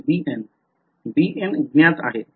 bn bn ज्ञात आहे